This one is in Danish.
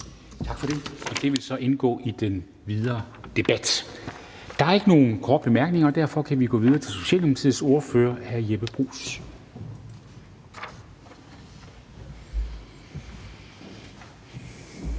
Tak for det. Det vil så indgå i den videre debat. Der er ikke nogen korte bemærkninger. Derfor kan vi gå videre til Socialdemokratiets ordfører hr. Jeppe Bruus.